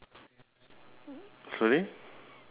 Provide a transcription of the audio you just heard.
one of the bucket is empty right